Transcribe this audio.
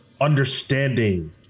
understanding